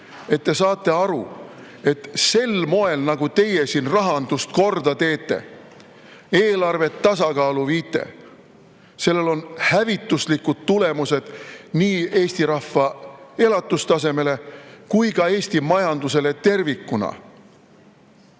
et te saate aru, et sellel viisil, nagu teie siin rahandust korda teete, eelarvet tasakaalu viite, on hävituslikud tulemused nii Eesti rahva elatustasemele kui ka Eesti majandusele tervikuna.